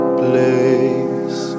place